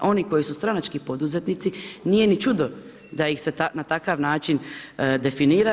Oni koji su stranački poduzetnici, nije ni čudo, da ih se na takav način definira.